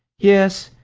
yes,